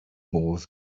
modd